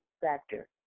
Factor